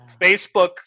Facebook